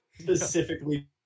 specifically